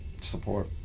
support